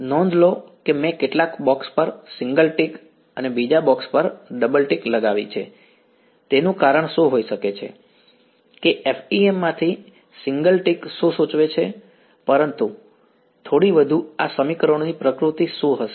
નોંધ લો કે મેં કેટલાક બોક્સ પર સિંગલ ટિક અને બીજા બોક્સ પર ડબલ ટિક લગાવી છે તેનું કારણ શું હોઈ શકે છે કે FEM માંથી સિંગલ ટિક શું સૂચવે છે પરંતુ થોડી વધુ આ સમીકરણોની પ્રકૃતિ શું હશે